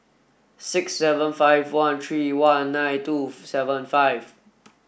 six seven five one three one nine two seven five